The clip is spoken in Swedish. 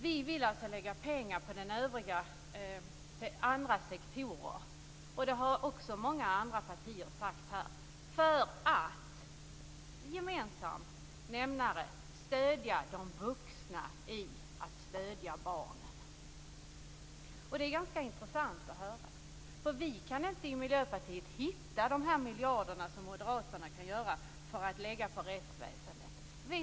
Vi vill alltså lägga pengar också på andra sektorer, och det har också många andra partiers företrädare här sagt, för att som gemensam nämnare stödja de vuxna i att stödja barnen. Det är ganska intressant att höra. Vi i Miljöpartiet kan inte hitta de miljarder som Moderaterna funnit för att lägga på rättsväsendet.